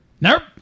Nope